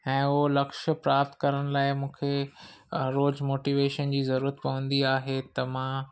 ऐं उहो लक्ष्य प्राप्त करण लाइ मूंखे रोज़ु मोटिवेशन जी ज़रूरत पवंदी आहे त मां